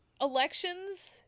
elections